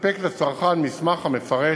לספק לצרכן מסמך המפרט